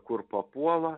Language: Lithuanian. kur papuola